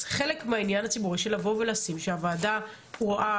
זה חלק מהעניין הציבורי לבוא ולומר שהוועדה רואה